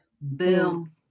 boom